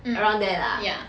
mm ya